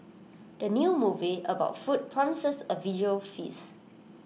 the new movie about food promises A visual feast